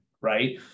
right